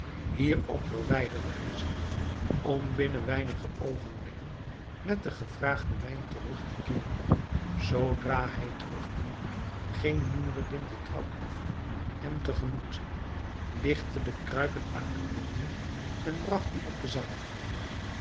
hierop verwijderde hij zich om binnen weinige oogenblikken met den gevraagden wijn terug te keeren zoodra hij terugkwam ging noureddin den trap af hem te gemoet ligtte de kruiken uit de manden en bragt die op de zaal